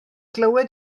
glywed